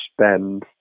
spend